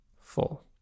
full